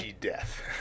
death